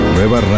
Nueva